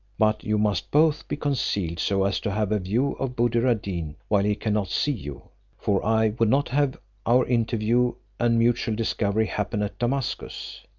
but you must both be concealed so as to have a view of buddir ad deen while he cannot see you for i would not have our interview and mutual discovery happen at damascus.